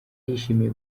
yishimiye